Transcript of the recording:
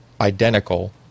identical